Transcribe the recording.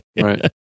right